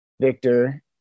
victor